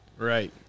Right